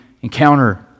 encounter